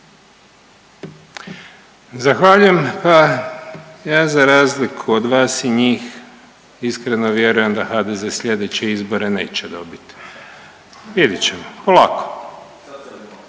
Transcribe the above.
Zahvaljujem, pa ja razliku od vas i njih iskreno vjerujem da HDZ slijedeće izbore neće dobit, vidit ćemo, polako,